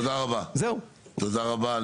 תודה רבה.